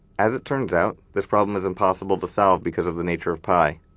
as it turns out, this problem is impossible to solve because of the nature of pi,